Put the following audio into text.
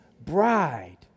bride